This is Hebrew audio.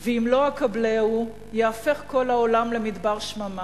ואם לא אקבלהו ייהפך כל העולם למדבר שממה.